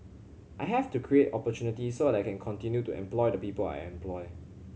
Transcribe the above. I have to create opportunity so I can continue to employ the people I employ